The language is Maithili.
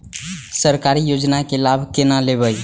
सरकारी योजना के लाभ केना लेब?